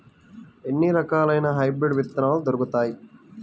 ఎన్ని రకాలయిన హైబ్రిడ్ విత్తనాలు దొరుకుతాయి?